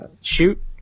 shoot